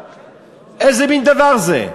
איזה מין דבר זה?